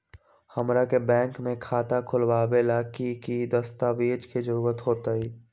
हमरा के बैंक में खाता खोलबाबे ला की की दस्तावेज के जरूरत होतई?